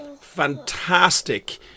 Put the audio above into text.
fantastic